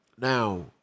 Now